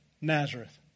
Nazareth